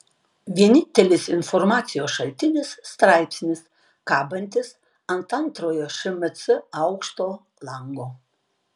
vienintelis informacijos šaltinis straipsnis kabantis ant antrojo šmc aukšto lango